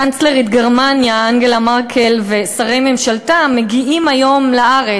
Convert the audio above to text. קנצלרית גרמניה אנגלה מרקל ושרי ממשלתה מגיעים היום לארץ.